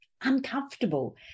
uncomfortable